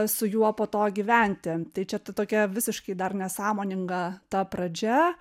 su juo po to gyventi tai čia ta tokia visiškai dar nesąmoninga ta pradžia